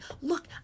look